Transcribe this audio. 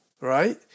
Right